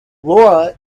lara